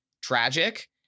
tragic